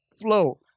flow